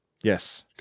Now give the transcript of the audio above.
Yes